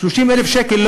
30,000 שקל,